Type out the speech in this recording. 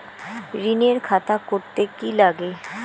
ঋণের খাতা করতে কি লাগে?